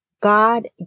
God